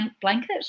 blanket